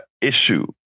issue